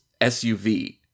SUV